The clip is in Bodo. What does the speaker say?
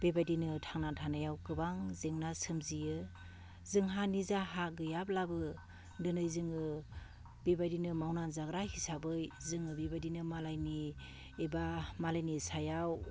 बेबायदिनो थांनानै थानायाव गोबां जेंना सोमजियो जोंहा निजा हा गैयाब्लाबो दिनै जोङो बेबायदिनो मावना जाग्रा हिसाबै जोङो बेबायदिनो मालायनि एबा मालायनि सायाव